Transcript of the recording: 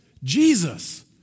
Jesus